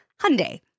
Hyundai